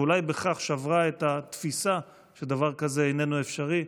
אולי בכך היא שברה את התפיסה שדבר כזה איננו אפשרי.